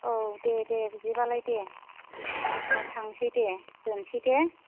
औ दे दे बिदिबालाय दे दा थांनोसै दे दोननोसै दे